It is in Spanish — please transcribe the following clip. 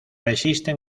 existen